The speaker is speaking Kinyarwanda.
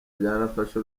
byanafasha